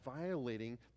violating